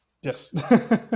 Yes